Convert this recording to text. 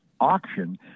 auction